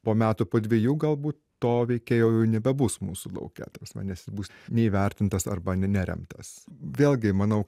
po metų po dvejų galbūt to veikėjo jau nebebus mūsų lauke ta prasme nes bus neįvertintas arba ne neremtas vėlgi manau